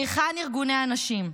היכן ארגוני הנשים?